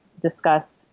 discuss